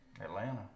Atlanta